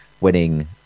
winning